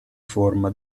forma